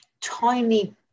tiny